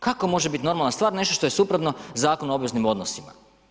Kako može biti normalna stvar nešto što je suprotno Zakonu o obveznim odnosima?